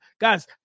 guys